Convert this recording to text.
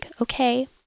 okay